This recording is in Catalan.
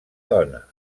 dona